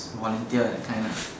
volunteer that kind lah